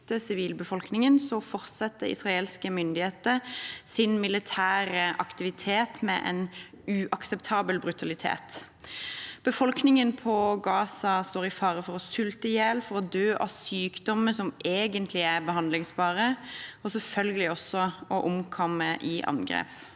fortsetter israelske myndigheter sin militære aktivitet med en uakseptabel brutalitet. Befolkningen i Gaza står i fare for å sulte i hjel, å dø av sykdommer som egentlig er behandlingsbare, og selvfølgelig også å omkomme i angrep.